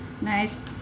Nice